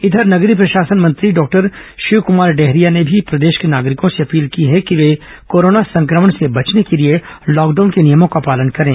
इधर नगरीय प्रशासन मंत्री डॉक्टर शिवकुमार डहरिया ने भी प्रदेश के नागरिकों से अपील की है कि वे कोरोना संक्रमण के बचने के लिए लॉकडाउन के नियमों का पालन करें